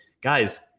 guys